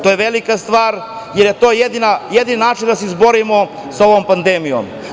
To je velika stvar, jer je to jedini način da se izborimo sa ovom pandemijom.